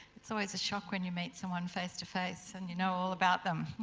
it's always a shock when you meet someone face-to-face and you know all about them.